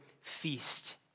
feast